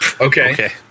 Okay